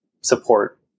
support